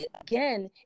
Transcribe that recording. again